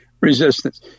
resistance